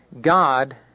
God